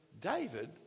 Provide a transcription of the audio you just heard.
David